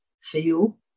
feel